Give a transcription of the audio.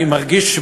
אני מרגיש,